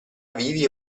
vivi